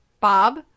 Bob